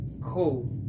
Cool